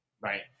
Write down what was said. Right